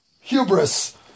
Hubris